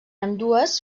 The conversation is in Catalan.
ambdues